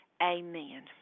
Amen